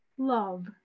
Love